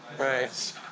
Right